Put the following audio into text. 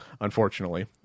Unfortunately